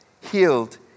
Healed